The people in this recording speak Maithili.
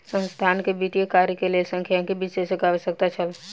संस्थान के वित्तीय कार्य के लेल सांख्यिकी विशेषज्ञक आवश्यकता छल